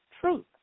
truth